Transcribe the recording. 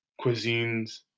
cuisines